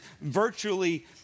virtually